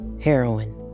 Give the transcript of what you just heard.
Heroin